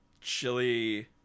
Chili